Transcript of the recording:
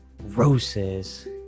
roses